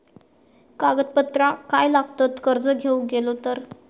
कागदपत्रा काय लागतत कर्ज घेऊक गेलो तर?